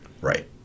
Right